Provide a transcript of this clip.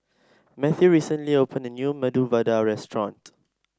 Matthew recently opened a new Medu Vada Restaurant